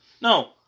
No